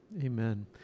Amen